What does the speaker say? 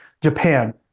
Japan